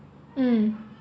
mm